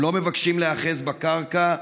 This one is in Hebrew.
הם לא מבקשים להיאחז בקרקע,